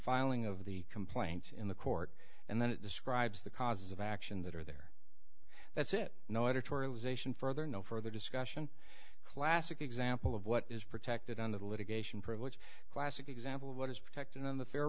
filing of the complaint in the court and then it describes the causes of action that are there that's it no editorialization further no further discussion classic example of what is protected under the litigation privilege classic example of what is protected on the fa